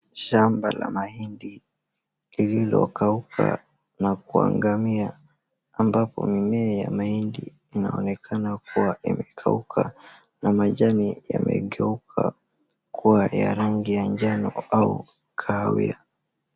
Shamba la mahindi lililokauka na kuangamia ambapo mimea ya mahindi inaonekana kuwa imekauka na majani yamekauka kuwa ya rangi ya njano au kahawia.